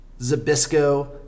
Zabisco